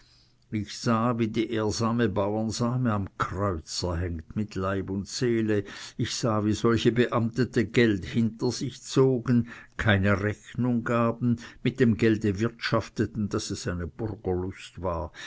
ich sah wie die ehrsame bauersame am kreuzer hängt mit leib und seele ich sah wie solche beamtete geld hinter sich zogen keine rechnung gaben mit dem gelde wirtschafteten daß es eine burgerlust war